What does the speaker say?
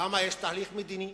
למה יש תהליך מדיני?